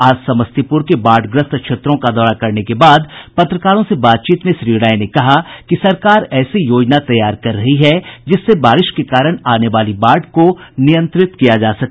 आज समस्तीपुर के बाढ़ग्रस्त क्षेत्रों का दौरा करने के बाद पत्रकारों से बातचीत में श्री राय ने कहा कि सरकार ऐसी योजना तैयार कर रही है जिससे बारिश के कारण आने वाली बाढ़ का नियंत्रित किया जा सके